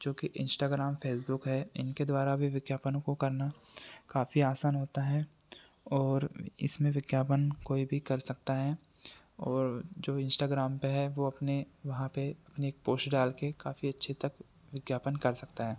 जोकि Instagram Facebook है इनके द्वारा भी विज्ञापनों को करना काफ़ी आसान होता है और इसमें विज्ञापन कोई भी कर सकता है और जो इंश्टाग्राम पे है वो अपने वहाँ पे अपनी एक पोश्ट डाल के काफ़ी अच्छे तक विज्ञापन कर सकता है